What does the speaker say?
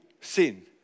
sin